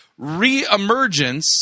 reemergence